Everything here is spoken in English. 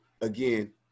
again